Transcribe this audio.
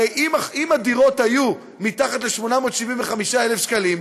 הרי אם הדירות היו מתחת ל-875,000 שקלים,